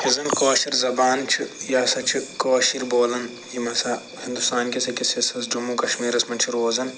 یۄس زن کٲشِر زبان چھِ یہ ہسا چھِ کٲشر بولان یِم ہسا ہنٛدوستانکِس اکِس حِصص جموں کشمیٖرس منٛز چھِ روزان